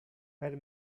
per